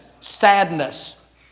sadness